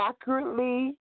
accurately